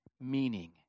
meaning